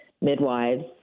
midwives